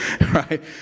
right